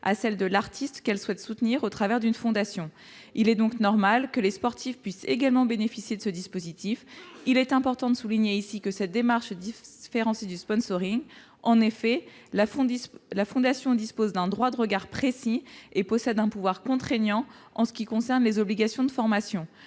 à celle de l'artiste qu'elle souhaite soutenir au travers d'une fondation. Il est donc normal que les sportifs puissent également bénéficier de ce dispositif. Il importe de souligner ici que cette démarche se différencie du, puisque la fondation dispose d'un droit de regard précis et possède un pouvoir contraignant en ce qui concerne les obligations de formation.